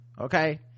okay